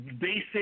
basic